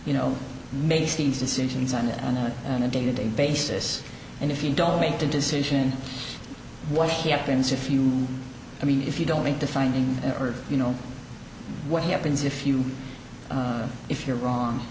you know makes these decisions on it on a day to day basis and if you don't make the decision what happens if you i mean if you don't make the finding or you know what happens if you if you're wron